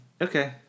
Okay